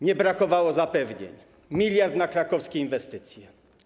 Nie brakowało zapewnień: miliard na krakowskie inwestycje.